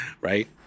right